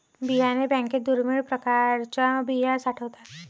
बियाणे बँकेत दुर्मिळ प्रकारच्या बिया साठवतात